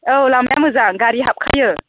औ लामाया मोजां गारि हाबखायो